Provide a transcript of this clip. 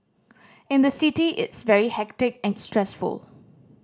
in the city it's very hectic and stressful